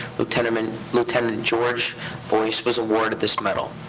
lieutenant and lieutenant george boyce, was awarded this medal.